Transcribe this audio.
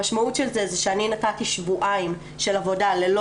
המשמעות של זה היא שאני נתתי שבועיים של עבודה ללא